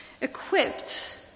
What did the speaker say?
equipped